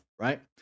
right